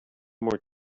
more